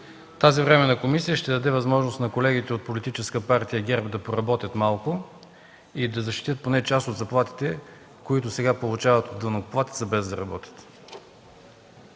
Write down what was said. Тази временна комисия ще даде възможност на колегите от Политическа партия ГЕРБ да поработят малко и да защитят поне част от заплатите, които сега получават от данъкоплатеца, без да работят.